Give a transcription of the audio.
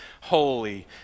holy